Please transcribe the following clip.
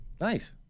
Nice